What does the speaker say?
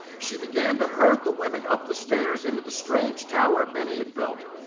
she began to herd the women up the stairs into the strange tower benny had built.